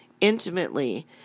intimately